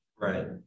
Right